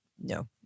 No